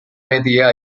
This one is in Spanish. media